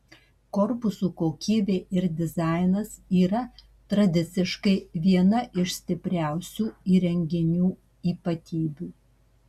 korpusų kokybė ir dizainas yra tradiciškai viena iš stipriausių įrenginių ypatybių